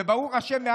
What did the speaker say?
וברוך השם,